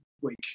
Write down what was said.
week